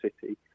City